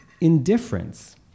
indifference